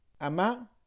Ama